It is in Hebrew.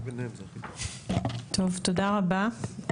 טוב, תודה רבה.